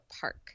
park